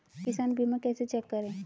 किसान बीमा कैसे चेक करें?